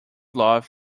love